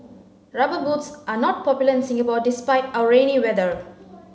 rubber boots are not popular in Singapore despite our rainy weather